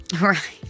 right